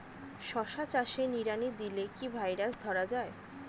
শশা চাষে নিড়ানি দিলে কি ভাইরাস ধরে যায়?